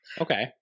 Okay